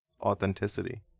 authenticity